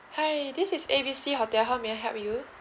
hi this is A B C hotel how may I help you